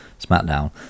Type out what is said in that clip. SmackDown